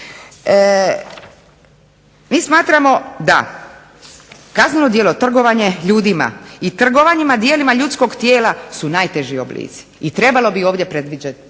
Mi smatramo da kazneno djelo trgovanje ljudima i trgovanjima djelima ljudskoga tijela su najteži oblici i trebalo bi ovdje predvidjeti